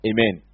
Amen